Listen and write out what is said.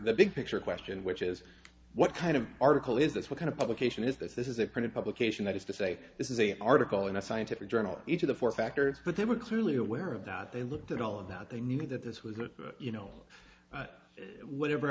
the big picture question which is what kind of article is this what kind of publication is this is a print publication that is to say this is a article in a scientific journal each of the four factors but they were clearly aware of that they looked at all of that they knew that this was a you know whatever